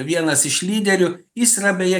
vienas iš lyderių jis yra beje